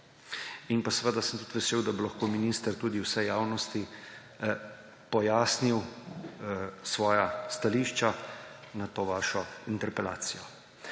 Seveda sem tudi vesel, da bi lahko minister tudi vsej javnosti pojasnil svoja stališča na to vašo interpelacijo.